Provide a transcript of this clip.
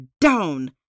down